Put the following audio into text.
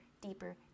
deeper